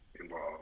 involved